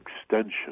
extension